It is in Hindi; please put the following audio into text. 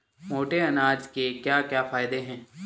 मोटे अनाज के क्या क्या फायदे हैं?